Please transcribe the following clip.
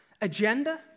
agenda